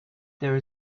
there